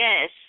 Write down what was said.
Yes